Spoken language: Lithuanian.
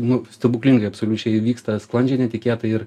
nu stebuklingai absoliučiai įvyksta sklandžiai netikėtai ir